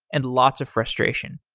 and lots of frustration.